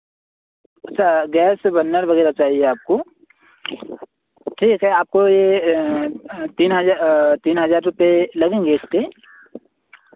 अच्छा gas burner वगैरह चाहिए आपको ठीक है आपको तीन हज़ार तीन हज़ार रुपये लगेंगे इसके